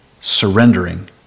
surrendering